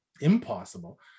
impossible